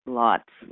lots